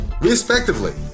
Respectively